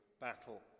battle